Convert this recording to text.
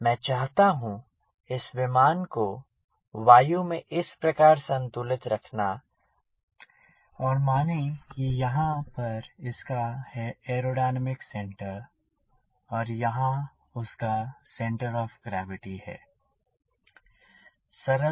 मैं चाहता हूँ इस विमान को वायु में इस प्रकार संतुलित रखना और माने कि यहाँ पर इसका है एयरोडायनेमिक सेंटर और यहाँ उसका centre of gravity center of gravityहै